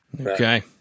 okay